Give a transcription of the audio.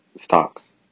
stocks